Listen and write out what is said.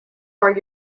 are